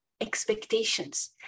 expectations